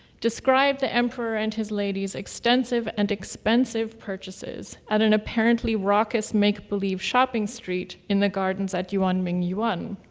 described the emperor and his ladies' extensive and expensive purchases at an apparently raucous make-believe shopping street in the gardens at yuanmingyuan.